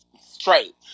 straight